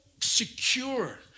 secure